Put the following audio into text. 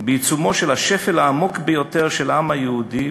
בעיצומו של השפל העמוק ביותר של העם היהודי,